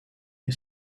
est